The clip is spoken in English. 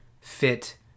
fit